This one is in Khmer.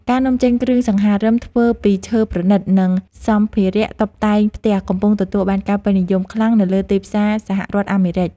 ការនាំចេញគ្រឿងសង្ហារឹមធ្វើពីឈើប្រណីត និងសម្ភារតុបតែងផ្ទះកំពុងទទួលបានការពេញនិយមខ្លាំងនៅលើទីផ្សារសហរដ្ឋអាមេរិក។